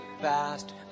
fast